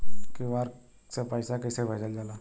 QR से पैसा कैसे भेजल जाला?